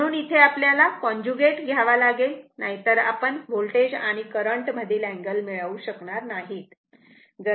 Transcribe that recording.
म्हणून इथे आपल्याला कॉन्जुगेट घ्यावा लागेल नाहीतर आपण वोल्टेज आणि करंट मधील अँगल मिळवू शकणार नाहीत